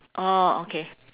orh okay